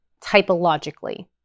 typologically